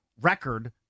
record